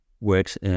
works